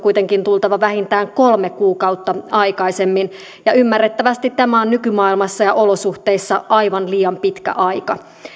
kuitenkin tultava vähintään kolme kuukautta aikaisemmin ja ymmärrettävästi tämä on nykymaailmassa ja olosuhteissa aivan liian pitkä aika